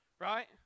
right